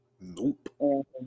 Nope